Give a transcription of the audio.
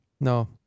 No